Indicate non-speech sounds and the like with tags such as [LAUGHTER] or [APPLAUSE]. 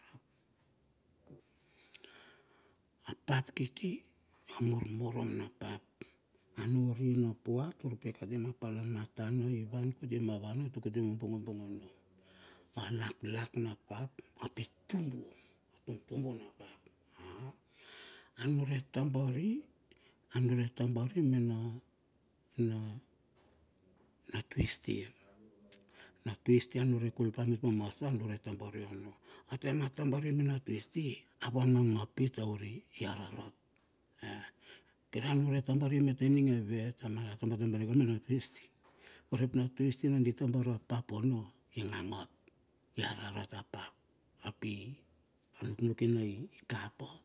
[NOISE] a pap kiti a mormorom na pap ano rina pua tur pai kati ma palamatana ivan kuti ma vana tuk utuma mo bongobongono alaklak na pap ap itubu atumtumbu na pap [HESITATION] anure tabari anure tabari mena na [HESITATION] na twisti na twisti a nunure kul pa mitua ma store a nunure tabari ono a taem a tabari mena twisti a vangangapi taur iarat. Kir a nunure tabar i metening evem, tamal atabatabarika mena twisti urep na twisti na di tabar apap ono ingangap i a rarat apap api a nuknukina ikapa.